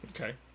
Okay